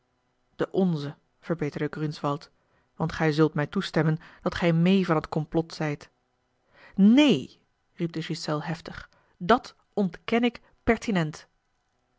de onze verbeterde grimswald want gij zult mij toestemmen dat ge mee van t complot zijt neen riep de ghiselles heftig dat ontken ik pertinent